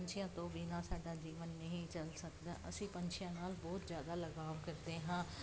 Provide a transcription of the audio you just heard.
ਪੰਛੀਆਂ ਤੋਂ ਬਿਨਾ ਸਾਡਾ ਜੀਵਨ ਨਹੀਂ ਚੱਲ ਸਕਦਾ ਅਸੀਂ ਪੰਛੀਆਂ ਨਾਲ ਬਹੁਤ ਜ਼ਿਆਦਾ ਲਗਾਵ ਕਰਦੇ ਹਾਂ